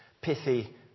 pithy